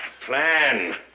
Plan